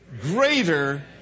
greater